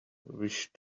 wish